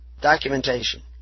documentation